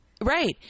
Right